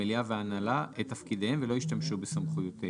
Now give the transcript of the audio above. המליאה וההנהלה את תפקידיהם ולא ישתמשו בסמכויותיהם.